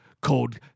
Called